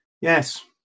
yes